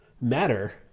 matter